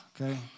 okay